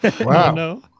Wow